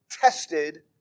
tested